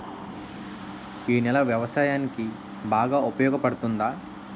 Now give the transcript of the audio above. ఈ నేల వ్యవసాయానికి బాగా ఉపయోగపడుతుందా?